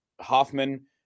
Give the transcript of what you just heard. Hoffman